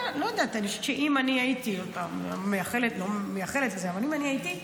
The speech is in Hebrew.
אני לא מייחלת לזה, אבל אם אני הייתי,